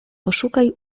poszukaj